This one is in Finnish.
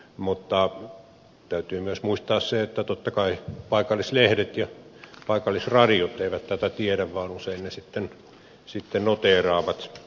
mutta täytyy myös muistaa se että totta kai paikallislehdet ja paikallisradiot eivät tätä tiedä vaan usein ne sitten noteeraavat